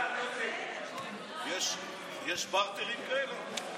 יש "ברטרים" כאלה?